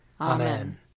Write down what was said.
Amen